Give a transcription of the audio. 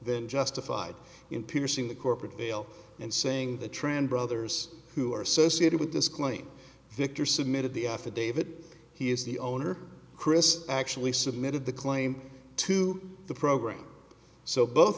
than justified in piercing the corporate veil and saying the tran brothers who are associated with this claim victor submitted the affidavit he is the owner chris actually submitted the claim to the program so both